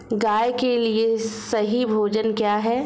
गाय के लिए सही भोजन क्या है?